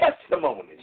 testimonies